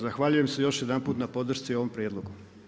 Zahvaljujem se još jedanput na podršci ovom prijedlogu.